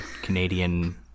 Canadian